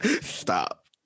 Stop